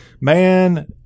man